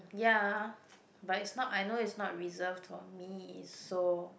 ya but it's not I know it's not reserved for me so